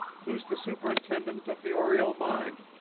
who's the superintendent of the oriel mine?